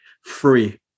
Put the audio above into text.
free